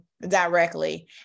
directly